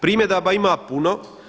Primjedaba ima puno.